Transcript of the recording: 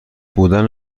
بودن